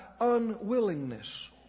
Unwillingness